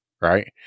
right